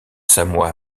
samoa